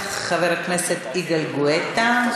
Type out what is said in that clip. חבר הכנסת יגאל גואטה,